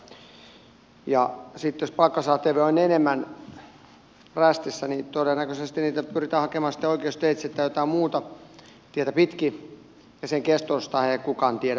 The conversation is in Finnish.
sitten jos palkkasaatavia on enemmän rästissä niin todennäköisesti niitä pyritään hakemaan sitten oikeusteitse tai jotain muuta tietä pitkin ja sen kestostahan ei kukaan tiedä mitään